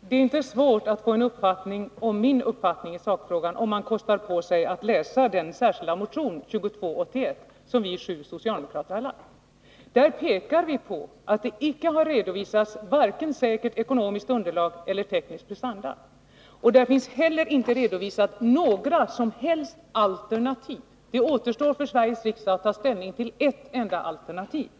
Fru talman! Det är inte svårt att få kännedom om min uppfattning i sakfrågan, om man kostar på sig att läsa den särskilda motion, nr 2281, som vi sju socialdemokrater har väckt. Där pekar vi på att det icke har redovisats vare sig säkert ekonomiskt underlag eller tekniska prestanda. Det har inte heller redovisats några som helst alternativ. Det återstår för Sveriges riksdag att ta ställning till ett enda projekt.